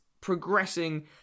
progressing